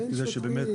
כדי שבאמת